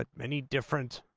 ah many different